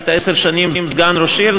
היית עשר שנים סגן ראש עיר,